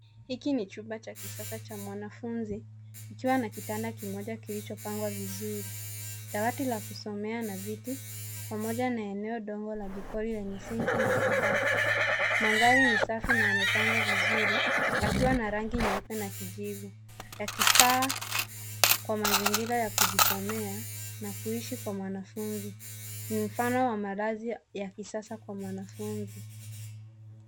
Hiki ni chumba cha kisasa cha mwanafunzi ikiwa na kitanda kimoja kilichopangwa vizuri. Dawati la kusomea na viti, pamoja na eneo ndogo la jikoni lenye sinki na kabati mandhari ni safi na yamepangwa vizuri yakiwa na rangi nyeupe na kijivu ya kifaa kwa mazingira ya kujisomea na kuishi kwa mwanafunzi. Ni mfano ya malazi ya kisasa kwa mwanafunzi.